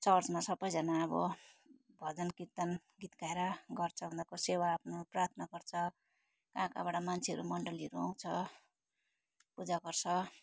चर्चमा सबैजना अब भजन कीर्तन गीत गाएर गर्छ उनीहरूको सेवा आफ्नो प्रार्थना गर्छ कहाँ कहाँबाट मान्छेहरू मन्डलीहरू आउँछ पूजा गर्छ